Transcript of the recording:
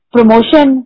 Promotion